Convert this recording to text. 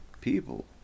people